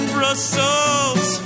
Brussels